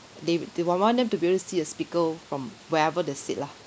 they they want want them to be able to see the speaker from wherever they sit lah